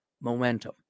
momentum